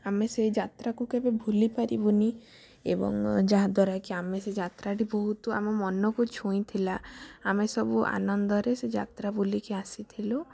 ଆମେ ସେଇ ଯାତ୍ରାକୁ କେବେ ଭୁଲିପାରିବୁନି ଏବଂ ଯାହା ଦ୍ୱାରା କି ଆମେ ସେ ଯାତ୍ରାଟି ବହୁତ ଆମ ମନକୁ ଛୁଇଁଥିଲା ଆମେ ସବୁ ଆନନ୍ଦରେ ସେ ଯାତ୍ରା ବୁଲିକି ଆସିଥିଲୁ